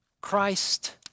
Christ